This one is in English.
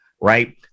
right